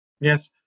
yes